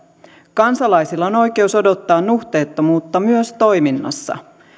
kansalaisilla on oikeus odottaa nuhteettomuutta myös toiminnassa